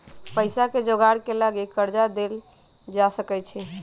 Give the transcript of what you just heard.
पइसाके जोगार के लागी कर्जा लेल जा सकइ छै